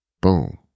Boom